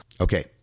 Okay